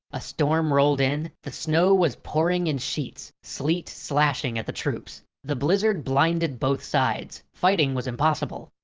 a storm rolled in, the snow was pouring in sheets, sleet slashing at the troops, the blizzard blinded both sides. fighting was impossible.